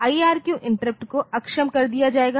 IRQ interrupt को अक्षम कर दिया जाएगा